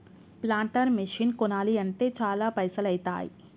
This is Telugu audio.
ప్లాంటర్ మెషిన్ కొనాలి అంటే చాల పైసల్ ఐతాయ్